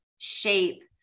shape